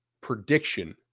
prediction